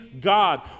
God